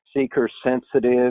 seeker-sensitive